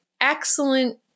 excellent